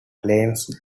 claims